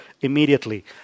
immediately